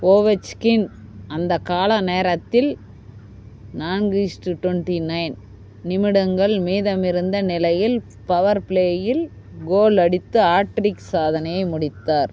Ovechkin அந்த காலநேரத்தில் நான்கு ஈஸ் ட்டு டூவெண்ட்டி நயன் நிமிடங்கள் மீதமிருந்த நிலையில் பவர் ப்ளேயில் கோல் அடித்து ஹாட்ரிக் சாதனையை முடித்தார்